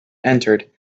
entered